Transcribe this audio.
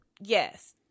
Yes